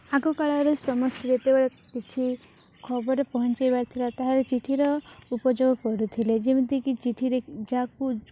ଆଗ କାଳରେ ସମସ୍ତେ ଯେତେବେଳେ କିଛି ଖବର ପହଞ୍ଚାଇବାର ଥିଲା ତା'ହେଲେ ଚିଠିର ଉପଯୋଗ କରୁଥିଲେ ଯେମିତିକି ଚିଠିରେ ଯାହାକୁ